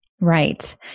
Right